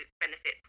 benefits